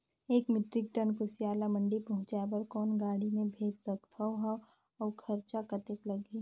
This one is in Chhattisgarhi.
एक मीट्रिक टन कुसियार ल मंडी पहुंचाय बर कौन गाड़ी मे भेज सकत हव अउ खरचा कतेक लगही?